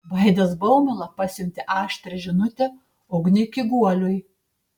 vaidas baumila pasiuntė aštrią žinutę ugniui kiguoliui